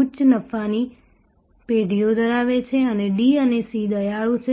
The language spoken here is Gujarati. ઉચ્ચ નફાની પેઢીઓ ધરાવે છે અને D અને C દયાળુ છે